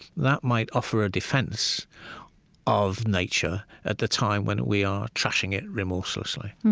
that might offer a defense of nature at the time when we are trashing it remorselessly